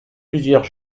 plusieurs